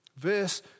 Verse